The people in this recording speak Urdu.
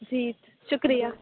جی شُکریہ